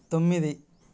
తొమ్మిది